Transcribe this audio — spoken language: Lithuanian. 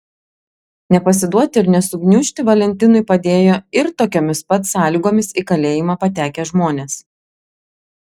nepasiduoti ir nesugniužti valentinui padėjo ir tokiomis pat sąlygomis į kalėjimą patekę žmonės